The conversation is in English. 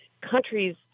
countries